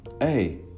hey